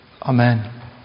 Amen